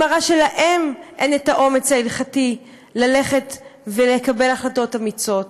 היא מראה שאין להם האומץ ההלכתי לקבל החלטות אמיצות.